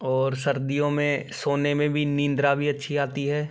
और सर्दियों में सोने में भी निंद्रा भी अच्छी आती है